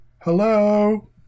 Hello